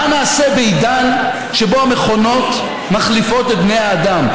מה נעשה בעידן שבו המכונות מחליפות את בני האדם?